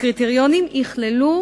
הקריטריונים יכללו,